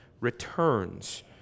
returns